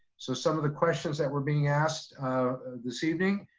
so some of the questions that were being asked this evening,